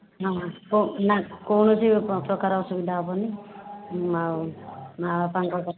ହଁ ହଁ ହେଉ ନା କୌଣସି ପ୍ରକାର ଅସୁବିଧା ହେବନି ଆଉ ମାଆ ବାପାଙ୍କ